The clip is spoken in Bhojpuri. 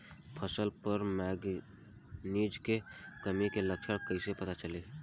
फसल पर मैगनीज के कमी के लक्षण कइसे पता चली?